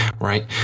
right